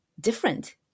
different